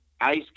Ice